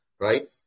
right